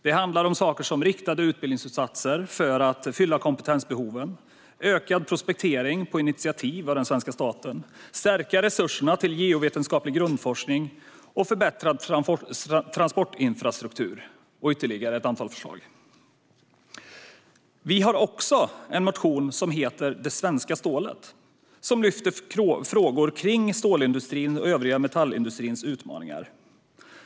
Det handlar om sådant som riktade utbildningsinsatser för att fylla kompetensbehoven, ökad prospektering på initiativ av svenska staten, stärkta resurser till geovetenskaplig grundforskning, förbättrad transportinfrastruktur med flera förslag. Vi har också en motion som heter Det svenska stålet . Den lyfter frågor kring stålindustrins och den övriga metallindustrins utmaningar.